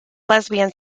lesbian